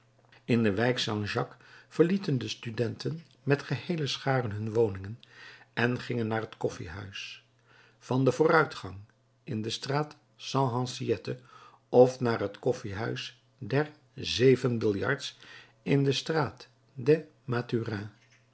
in de wijk st jacques verlieten de studenten met geheele scharen hun woningen en gingen naar het koffiehuis van den vooruitgang in de straat st hyacinthe of naar het koffiehuis der zeven biljarts in de straat des